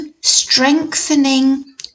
strengthening